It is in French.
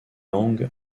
langue